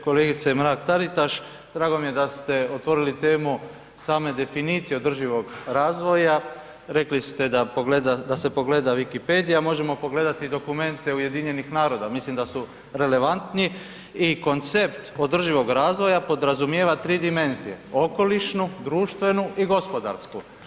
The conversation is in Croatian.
Kolegice Mrak Taritaš drago mi je da ste otvorili temu same definicije održivog razvoja, rekli ste da se pogleda wikipedija, a možemo pogledati i dokumente UN-a mislim da su relevantni i koncept održivog razvoja podrazumijeva tri dimenzije, okolišnu, društvenu i gospodarsku.